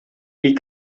die